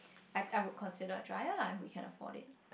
I I would consider a dryer lah if we can afford it